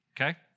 okay